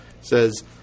says